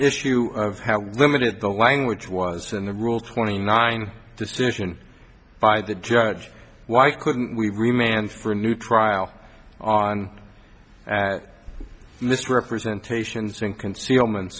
issue of how limited the language was in the rule twenty nine decision by the judge why couldn't we remained for a new trial on misrepresentations and concealment